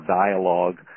dialogue